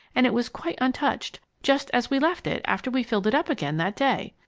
and it was quite untouched, just as we left it after we filled it up again that day.